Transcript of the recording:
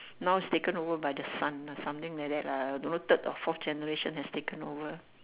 now is taken over by the son something like that lah don't know third or fourth generation has taken over